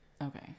Okay